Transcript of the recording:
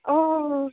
অঁ